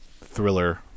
thriller